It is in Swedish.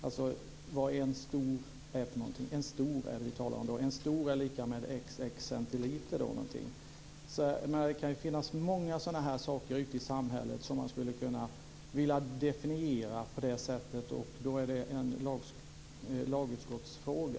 Vi talar alltså om en stor starköl som innehåller ett visst antal centiliter. Det kan finnas många sådana här saker ute i samhället som man skulle kunna vilja definiera och då blir det en lagutskottsfråga.